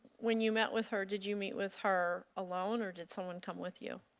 when you met with her did you meet with her alone or did someone come with you?